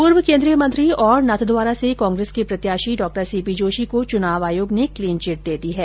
पूर्व केन्द्रीय मंत्री और नाथद्वारा से कांग्रेस के प्रत्याशी डॉ सीपी जोशी को चुनाव आयोग ने क्लिन चिट दे दी है